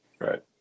Right